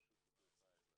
מרשות התעופה האזרחית.